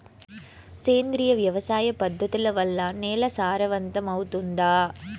సేంద్రియ వ్యవసాయ పద్ధతుల వల్ల, నేల సారవంతమౌతుందా?